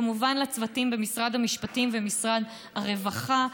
כמובן לצוותים במשרד המשפטים ומשרד הרווחה,